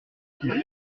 qu’il